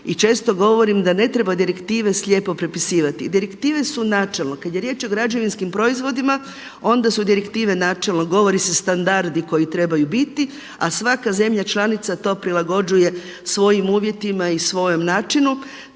i često govorim da ne treba direktive slijepo prepisivati. Direktive su načelno kada je riječ o građevinskim proizvodima onda su direktive načelno govori ste standardi koji trebaju biti, a svaka zemlja članica to prilagođuje svojim uvjetima i svojem načinu.